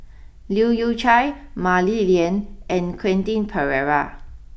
Leu Yew Chye Mah Li Lian and Quentin Pereira